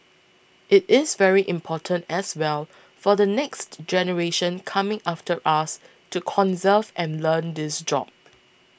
it is very important as well for the next generation coming after us to conserve and learn this job